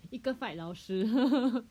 一个 fight 老师